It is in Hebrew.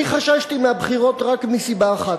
אני חששתי מהבחירות רק מסיבה אחת,